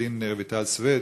עורכת-הדין רויטל סויד,